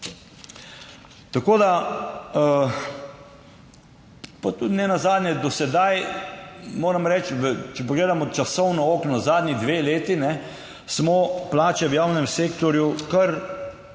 Tako da... Pa tudi nenazadnje do sedaj moram reči, če pogledamo časovno okno zadnji dve leti, smo plače v javnem sektorju, kar